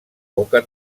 boca